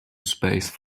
space